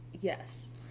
Yes